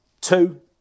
Two